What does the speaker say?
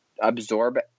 absorb